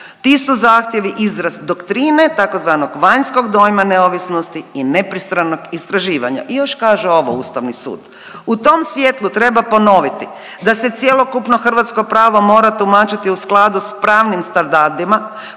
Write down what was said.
Ti su zahtjevi izraz doktrine tzv. vanjskog dojma neovisnosti i nepristranog istraživanja i još kaže ovo Ustavni sud. U tom svjetlu treba ponoviti da se cjelokupno hrvatsko pravo mora tumačiti u skladu s pravnim standardima